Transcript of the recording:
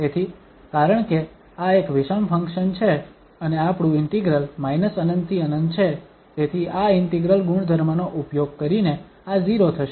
તેથી કારણ કે આ એક વિષમ ફંક્શન છે અને આપણું ઇન્ટિગ્રલ −∞ થી ∞ છે તેથી આ ઇન્ટિગ્રલ ગુણધર્મનો ઉપયોગ કરીને આ 0 થશે